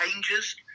changes